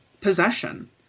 possession